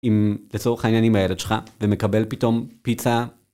אם לצורך העניינים עם הילד שלך ומקבל פתאום פיצה.